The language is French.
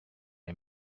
les